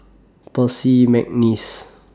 Percy Mcneice